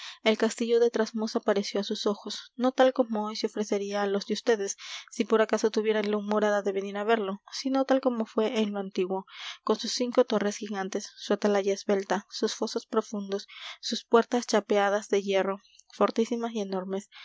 el castillo de trasmoz apareció á sus ojos no tal como hoy se ofrecería á los de ustedes si por acaso tuvieran la humorada de venir á verlo sino tal como fué en lo antiguo con sus cinco torres gigantes su atalaya esbelta sus fosos profundos sus puertas chapeadas de hierro fortísimas y enormes